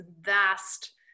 vast